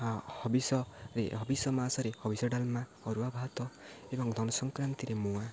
ଆ ହବିଷରେ ହବିଷ ମାସରେ ହବିଷ ଡାଲମା ଅରୁଆ ଭାତ ଏବଂ ଧନୁ ସଂକ୍ରାନ୍ତିରେ ମୁଆଁ